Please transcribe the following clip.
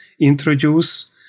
introduce